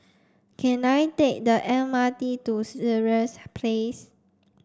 can I take the M R T to Sireh Place